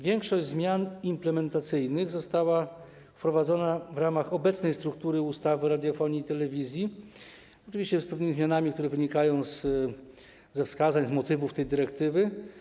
Większość zmian implementacyjnych została wprowadzona w ramach obecnej struktury ustawy o radiofonii i telewizji, oczywiście z pewnymi zmianami, które wynikają ze wskazań, z motywów tej dyrektywy.